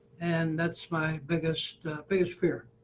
and that's my biggest biggest fear.